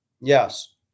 Yes